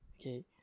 Okay